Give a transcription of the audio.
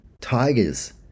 Tigers